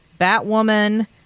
Batwoman